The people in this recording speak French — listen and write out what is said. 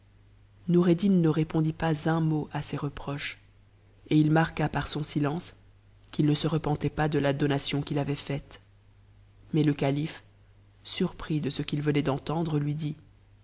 koureddin ne répondit pas un mot à ces reproches et il marqua par son silence qu'il ne se repentait pas de la donation qu'il avait faite mais le calife surpris de ce qu'il venait d'entendre lui dit